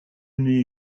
n’ai